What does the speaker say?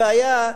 הבעיה,